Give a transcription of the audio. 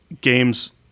games